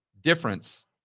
difference